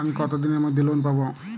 আমি কতদিনের মধ্যে লোন পাব?